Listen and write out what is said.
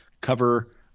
cover